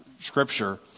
scripture